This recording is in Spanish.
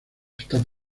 está